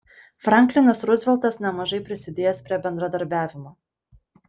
franklinas ruzveltas nemažai prisidėjęs prie bendradarbiavimo